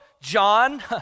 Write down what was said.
John